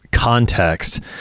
Context